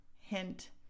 hint